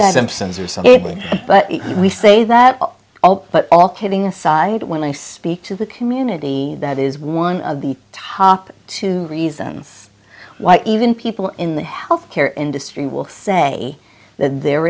something but we say that but all kidding aside when i speak to the community that is one of the top two reasons why even people in the health care industry will say that there